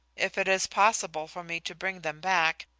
if it is possible for me to bring them back,